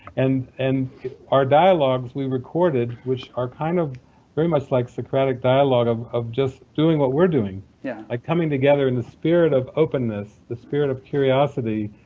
and and our dialogues we recorded, which are kind of very much like socratic dialogue of of just doing what we're doing yeah like coming together in the spirit of openness, the spirit of curiosity,